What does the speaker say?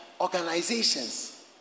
organizations